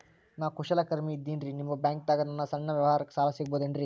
ನಾ ಕುಶಲಕರ್ಮಿ ಇದ್ದೇನ್ರಿ ನಿಮ್ಮ ಬ್ಯಾಂಕ್ ದಾಗ ನನ್ನ ಸಣ್ಣ ವ್ಯವಹಾರಕ್ಕ ಸಾಲ ಸಿಗಬಹುದೇನ್ರಿ?